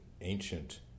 ancient